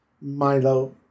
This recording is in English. Milo